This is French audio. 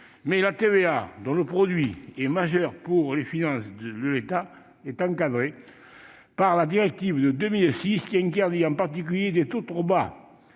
mais la TVA, dont le produit est majeur pour les finances de l'État, est encadrée par la directive de 2006 qui interdit, en particulier, des taux trop bas.